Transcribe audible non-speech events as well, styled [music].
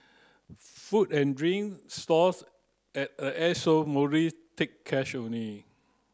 food and drink stalls at a Airshow [unintelligible] take cash only